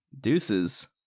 Deuces